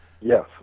Yes